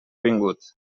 vingut